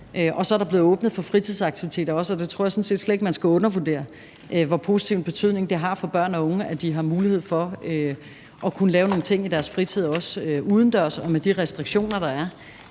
og så er der blevet åbnet for fritidsaktiviteter også, og jeg tror sådan set slet ikke, man skal undervurdere, hvor positiv en betydning det har for børn og unge, at de har mulighed for at kunne lave nogle ting i deres fritid også, udendørs og med de restriktioner, der er.